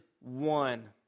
one